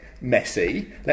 Messy